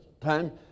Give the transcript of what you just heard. time